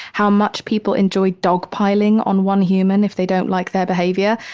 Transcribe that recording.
how much people enjoy dog piling on one human if they dont like their behavior.